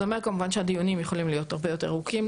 זה אומר כמובן שהדיונים יכולים להיות הרבה יותר ארוכים,